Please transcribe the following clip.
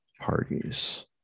parties